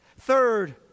Third